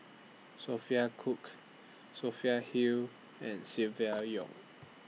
Sophia Cooke Sophia Hull and Silvia Yong